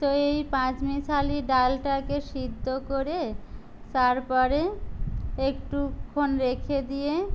তো এই পাঁচমিশালি ডালটাকে সেদ্ধ করে তার পরে একটুক্ষণ রেখে দিয়ে